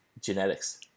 genetics